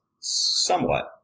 somewhat